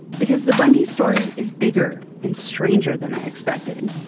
because the bundy story is bigger and stranger than i expected